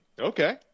Okay